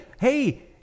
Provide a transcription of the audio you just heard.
hey